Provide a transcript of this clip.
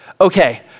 Okay